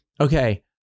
okay